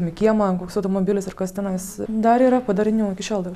į kiemą koks automobilis ir kas tenais dar yra padarinių iki šiol dar